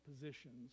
positions